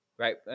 Right